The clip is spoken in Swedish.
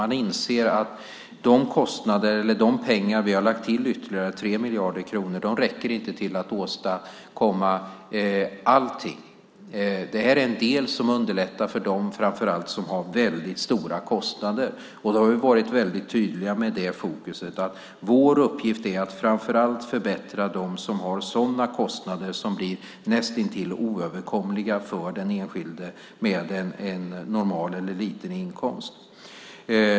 Man inser att de pengar vi har lagt till ytterligare, 3 miljarder kronor, inte räcker till att åstadkomma allting. Det här är en del som underlättar för framför allt dem som har väldigt stora kostnader. Vi har varit väldigt tydliga med detta fokus att vår uppgift är att framför allt förbättra för dem som har kostnader som blir näst intill oöverkomliga för den enskilde med normal eller liten inkomst.